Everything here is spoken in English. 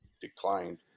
declined